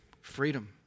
freedom